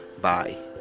Bye